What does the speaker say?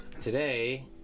Today